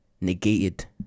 negated